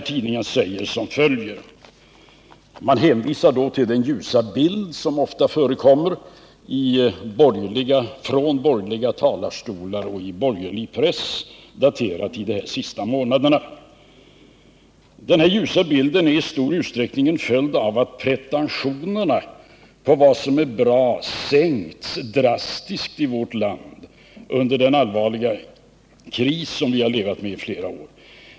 Tidningen hänvisar till den ljusa bild som ofta förekommit från borgerliga talarstolar och i borgerlig press daterad till de senaste månaderna: ”Den här ljusa bilden är i stor utsträckning en följd av att pretentionerna på vad som är bra sänkts drastiskt i vårt land under den allvarliga ekonomiska kris som vi nu levat med i flera år.